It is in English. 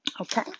Okay